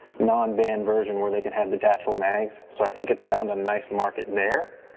non-band version where they can have detachable mags. so i think it's found a nice market there.